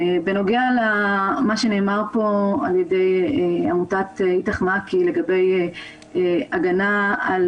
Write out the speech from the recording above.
בנוגע למה שנאמר פה מעמותת "איתך מעכי" לגבי הגנה על